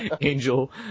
Angel